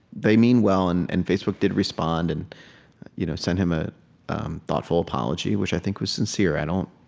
they mean well. and and facebook did respond and you know sent him a thoughtful apology, which i think was sincere. i don't